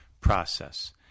process